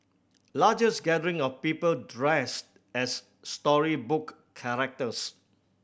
largest gathering of people dressed as storybook characters